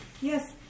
yes